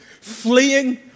fleeing